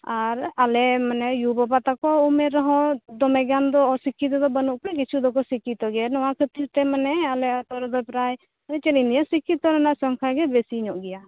ᱟᱨ ᱟᱞᱮ ᱢᱟᱱᱮ ᱟᱭᱳᱼᱵᱟᱵᱟ ᱛᱟᱠᱚ ᱩᱢᱮᱨ ᱨᱮᱦᱚᱸ ᱫᱚᱢᱮᱜᱟᱱ ᱫᱚ ᱚᱥᱤᱠᱷᱤᱛᱚ ᱫᱚ ᱵᱟᱹᱱᱩᱜ ᱠᱚᱣᱟ ᱠᱤᱪᱷᱤᱫᱚᱠᱚ ᱥᱤᱠᱷᱤᱛᱚ ᱜᱮᱭᱟ ᱱᱚᱶᱟ ᱠᱷᱟᱹᱛᱤᱨ ᱛᱮ ᱢᱟᱱᱮ ᱟᱞᱮ ᱟᱛᱳ ᱨᱮᱫᱚ ᱯᱨᱟᱭ ᱪᱮᱫᱤᱧ ᱞᱟ ᱭᱟ ᱢᱟᱱᱮ ᱥᱤᱠᱷᱤᱛᱚ ᱨᱮᱱᱟᱜ ᱥᱚᱝᱠᱷᱟ ᱜᱮ ᱵᱮᱥᱤ ᱧᱚᱜ ᱜᱮᱭᱟ